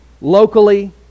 locally